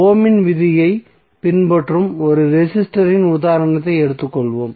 ஓமின் விதியைப் Ohm's law பின்பற்றும் ஒரு ரெசிஸ்டரின் உதாரணத்தை எடுத்துக் கொள்வோம்